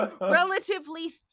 Relatively